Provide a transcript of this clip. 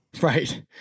Right